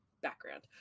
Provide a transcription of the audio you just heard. background